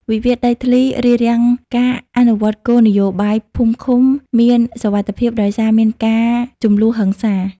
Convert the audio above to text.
វិវាទដីធ្លីរារាំងការអនុវត្តគោលនយោបាយភូមិឃុំមានសុវត្ថិភាព ដោយសារមានការជម្លោះហិង្សា។